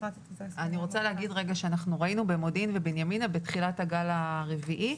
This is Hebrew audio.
אני רוצה לומר שאנחנו ראינו במודיעין ובבנימינה בתחילת הגל הרביעי,